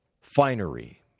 finery